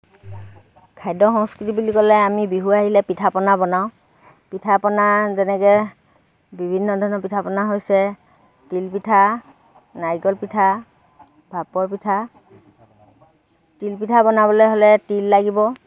খদ্য সংস্কৃতি বুলি ক'লে আমি বিহু আহিলে পিঠা পনা বনাওঁ পিঠা পনা যেনেকৈ বিভিন্ন ধৰণৰ পিঠা পনা হৈছে তিল পিঠা নাৰিকল পিঠা ভাপৰ পিঠা তিল পিঠা বনাবলৈ হ'লে তিল লাগিব